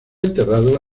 enterrado